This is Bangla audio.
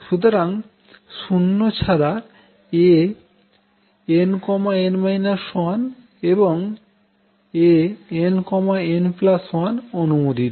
সুতরাং শুধুমাত্র শুন্য ছাড়া Ann 1 এবং Ann1 অনুমোদিত